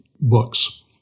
books